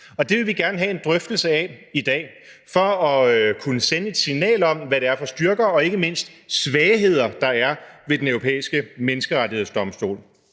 Og det vil vi gerne have en drøftelse af i dag for at kunne sende et signal om, hvad det er for styrker og ikke mindst svagheder, der er ved Den Europæiske Menneskerettighedsdomstol.